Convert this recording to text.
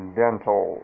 dental